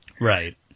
Right